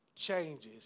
Changes